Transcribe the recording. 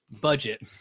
Budget